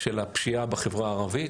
של הפשיעה בחברה הערבית,